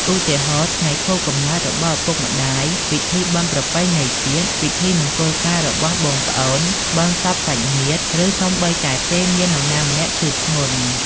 ឧទាហរណ៍ ថ្ងៃខួបកំណើតរបស់ឪពុកម្ដាយ ពិធីបុណ្យប្រពៃណីជាតិ ពិធីមង្គលការរបស់បងប្អូន បុណ្យសពសាច់ញាតិ ឬសូម្បីតែពេលមាននរណាម្នាក់ឈឺធ្ងន់។